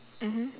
mmhmm